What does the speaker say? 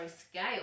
scale